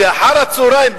שאחר הצהריים,